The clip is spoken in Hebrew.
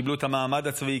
קיבלו את המעמד הצבאי,